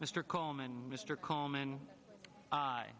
mr coleman mr coleman